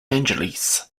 angeles